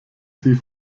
sie